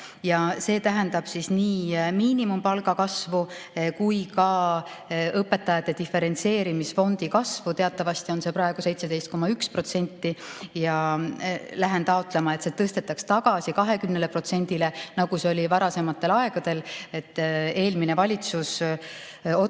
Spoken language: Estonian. ja see tähendab nii miinimumpalga kasvu kui ka õpetajate diferentseerimise fondi kasvu. Teatavasti on see praegu 17,1%. Lähen taotlema, et see tõstetaks tagasi 20%-le, nagu see oli varasematel aegadel. Eelmine valitsus otsustas